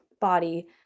body